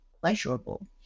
pleasurable